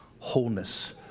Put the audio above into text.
wholeness